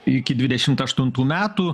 iki dvidešimt aštuntų metų